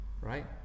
Right